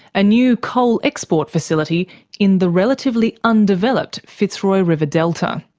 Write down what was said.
a new coal export facility in the relatively undeveloped fitzroy river delta.